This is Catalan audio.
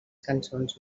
cançons